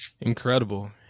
Incredible